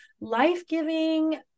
life-giving